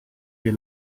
wir